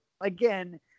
again